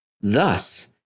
Thus